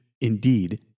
Indeed